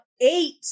eight